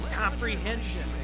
comprehension